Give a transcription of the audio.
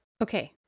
Okay